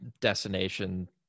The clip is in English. destination